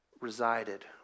resided